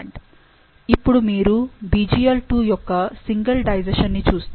ఇప్పుడు మీరు BglII యొక్క సింగిల్ డైజెషన్ ని చూస్తే అక్కడ 4